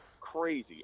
Crazy